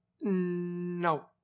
No